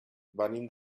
venim